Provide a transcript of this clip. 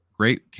Great